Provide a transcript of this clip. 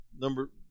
number